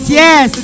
yes